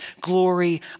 glory